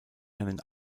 einen